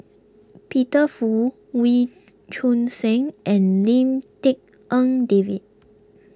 Peter Fu Wee Choon Seng and Lim Tik En David